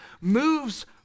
moves